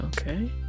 okay